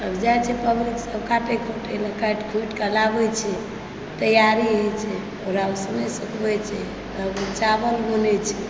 जाइ छै सब काटै कुटै लए सब काटि कुटिकऽ लाबै छै तैयारी होइ छै रौदमे सुखबै छै तब ओ चावल बनै छै